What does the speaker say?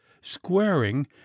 squaring